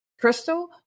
Crystal